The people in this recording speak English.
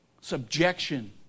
subjection